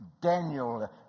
Daniel